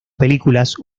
películas